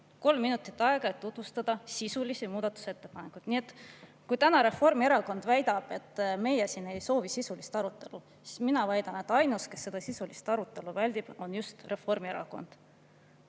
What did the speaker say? Kolm minutit aega, et tutvustada sisulisi muudatusettepanekuid. Nii et kui Reformierakond väidab, et meie siin ei soovi sisulist arutelu, siis mina väidan, et ainus, kes seda sisulist arutelu väldib, on just Reformierakond.